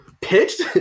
pitched